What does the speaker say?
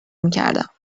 میکردم